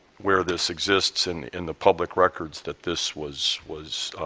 where this exists and in the public records that this was was